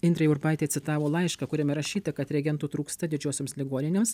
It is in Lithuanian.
indrė urbaitė citavo laišką kuriame rašyta kad reagentų trūksta didžiosioms ligoninėms